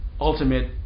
ultimate